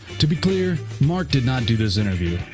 to be clear, mark did not do this interview,